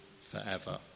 forever